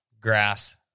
grass